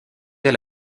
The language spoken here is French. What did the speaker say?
elle